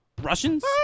Russians